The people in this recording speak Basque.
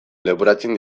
leporatzen